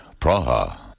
Praha